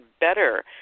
better